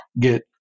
get